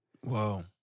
Whoa